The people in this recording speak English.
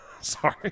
Sorry